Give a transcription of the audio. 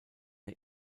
der